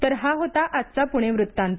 तर हा होता आजचा पुणे वृत्तांत